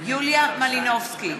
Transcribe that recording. יוליה מלינובסקי,